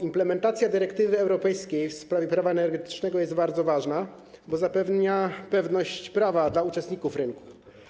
Implementacja dyrektywy europejskiej w sprawie Prawa energetycznego jest bardzo ważna, bo zapewnia pewność prawa dla uczestników rynku.